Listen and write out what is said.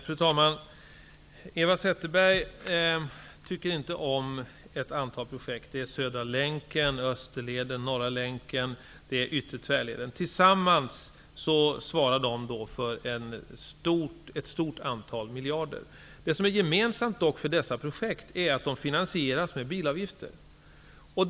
Fru talman! Eva Zetterberg tycker inte om ett antal projekt: Södra länken, Österleden, Norra länken och Yttre tvärleden. Tillsammans svarar de för ett stort antal miljarder. Det som dock är gemensamt för dessa projekt är att de finansieras med bilavgifter.